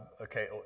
okay